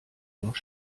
noch